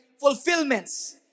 fulfillments